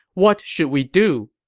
what should we do?